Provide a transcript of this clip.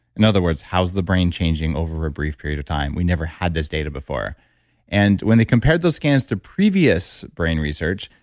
in other words, how's the brain changing over a brief period of time? we never had this data before and when they compared those scans to previous brain research,